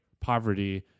poverty